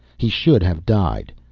he should have died.